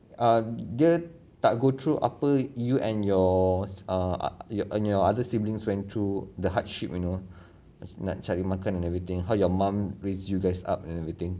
err dia tak go through apa you and your uh and your other siblings went through the hardship you know nak cari makan and everything and how your mum raise you guys up and everything